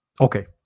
Okay